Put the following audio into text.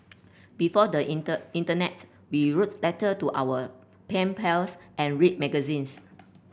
before the inter internet we wrote letter to our pen pals and read magazines